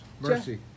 mercy